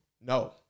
No